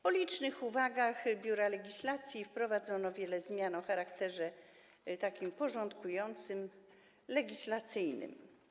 Po licznych uwagach Biura Legislacyjnego wprowadzono wiele zmian o charakterze porządkującym, legislacyjnym.